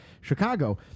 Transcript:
Chicago